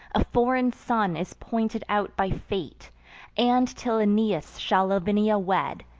a foreign son is pointed out by fate and, till aeneas shall lavinia wed,